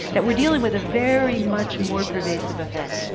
that we're dealing with a very, much more pervasive effect.